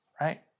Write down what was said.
right